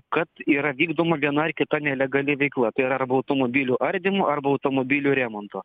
kad yra vykdoma viena ar kita nelegali veikla tai yra arba automobilių ardymo arba automobilių remonto